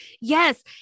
Yes